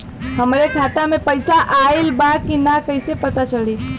हमरे खाता में पैसा ऑइल बा कि ना कैसे पता चली?